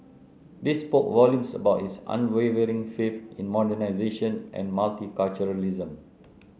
this spoke volumes about his unwavering faith in modernisation and multiculturalism